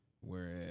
Whereas